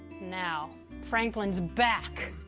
now franklin's back.